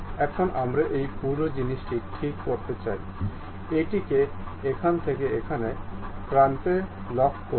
এখন আমরা এই পুরো জিনিসটি ঠিক করতে চাই এটিকে এখান থেকে এক প্রান্তে লক করুন